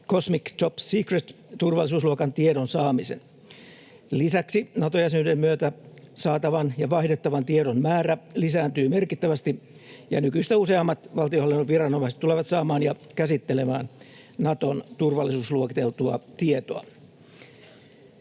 cosmic top secret -turvallisuusluokan tiedon saamisen. Lisäksi Nato-jäsenyyden myötä saatavan ja vaihdettavan tiedon määrä lisääntyy merkittävästi, ja nykyistä useammat valtionhallinnon viranomaiset tulevat saamaan ja käsittelemään Naton turvallisuusluokiteltua tietoa.